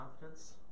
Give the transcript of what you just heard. confidence